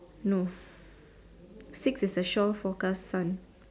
no six is a shore forecast sun